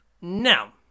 Now